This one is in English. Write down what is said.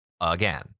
again